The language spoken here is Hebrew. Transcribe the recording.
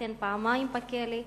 התחתן פעמיים בכלא,